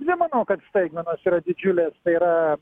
dvi manau kad staigmenos yra didžiulės yra